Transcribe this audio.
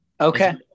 Okay